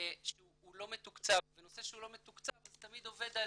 לא מתוקצב ונושא שהוא לא מתקצב זה תמיד עובד על